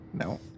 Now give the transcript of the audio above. No